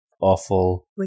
Awful